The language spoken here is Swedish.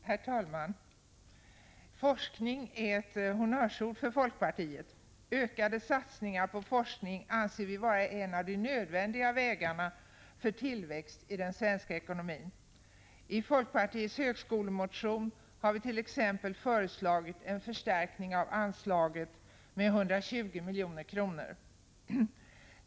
Herr talman! Forskning är ett honnörsord för folkpartiet. Ökade satsningar på forskning anser vi vara en av de nödvändiga vägarna för att nå tillväxt i svensk ekonomi. I folkpartiets högskolemotion har vi t.ex. föreslagit en förstärkning av anslaget med 120 milj.kr.